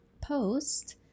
post